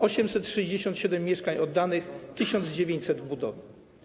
867 mieszkań oddanych, 1900 w budowie.